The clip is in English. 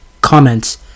Comments